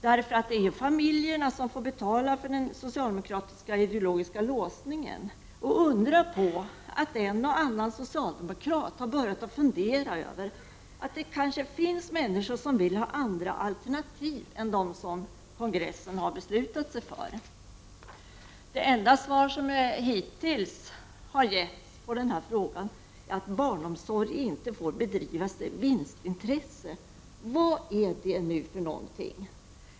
Det är familjerna som får betala för den socialdemokratiska ideologiska låsningen. Det är inte att undra på att en och annan socialdemokrat har börjat fundera över att det kanske finns människor som vill ha andra alternativ än dem som kongressen har beslutat sig för. Det enda svar som hittills har avgetts på denna fråga är att barnomsorg inte får bedrivas med vinstintresse. Vad är det för något?